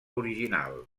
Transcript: original